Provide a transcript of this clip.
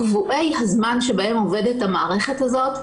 קבועי הזמן בהם עובדת המערכת הזאת,